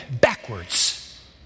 backwards